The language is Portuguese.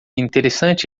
interessante